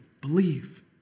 believe